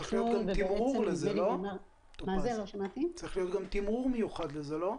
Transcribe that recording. צריך להיות לזה גם תמרור מיוחד, לא?